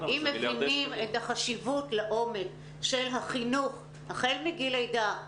אם מבינים את החשיבות לעומק של החינוך החל מגיל לידה ואילך,